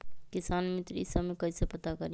किसान मित्र ई सब मे कईसे पता करी?